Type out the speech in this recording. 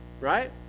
Right